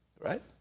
right